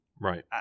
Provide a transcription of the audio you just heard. right